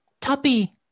tuppy